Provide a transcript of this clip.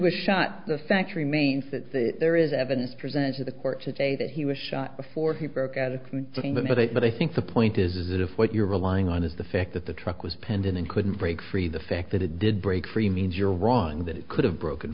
was shot the fact remains that there is evidence presented to the court today that he was shot before he broke out of confinement for that but i think the point is is that if what you're relying on is the fact that the truck was penned in and couldn't break free the fact that it did break free means you're wrong that it could have broken